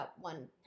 one